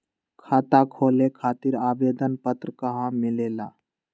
खाता खोले खातीर आवेदन पत्र कहा मिलेला?